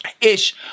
ish